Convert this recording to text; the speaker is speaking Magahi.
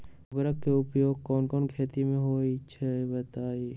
उर्वरक के उपयोग कौन कौन खेती मे होई छई बताई?